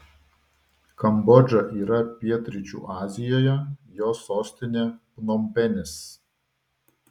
kambodža yra pietryčių azijoje jos sostinė pnompenis